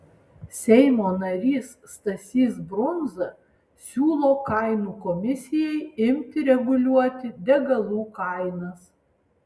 seimo narys stasys brundza siūlo kainų komisijai imti reguliuoti degalų kainas